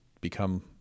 become